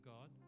God